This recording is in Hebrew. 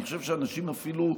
אני חושב שאנשים אפילו,